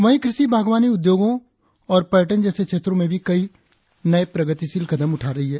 वहीं कृषि बागवानी उद्योगों और पर्यटन जैसे क्षेत्रों में भी कई नए प्रगतिशील कदम उठा रही है